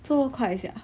这么快 sia